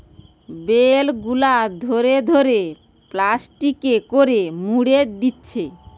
bell গুলা ধরে ধরে প্লাস্টিকে করে মুড়ে দিচ্ছে